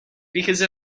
because